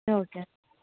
okay